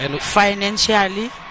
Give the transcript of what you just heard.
financially